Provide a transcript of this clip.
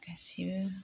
गासिबो